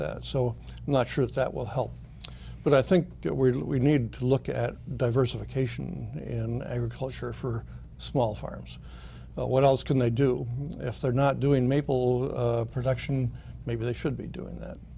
that so not sure if that will help but i think that we do we need to look at diversification in agriculture for small farms but what else can they do if they're not doing maple production maybe they should be doing that